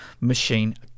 Machine